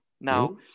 now